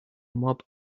mob